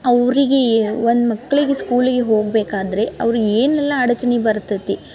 ಅವರಿಗಿ ಒಂದು ಮಕ್ಕಳಿಗೆ ಸ್ಕೂಲಿಗೆ ಹೋಗ್ಬೇಕಾದರೆ ಅವ್ರಿಗ ಏನೆಲ್ಲ ಆಲೋಚನೆ ಬರ್ತತಿ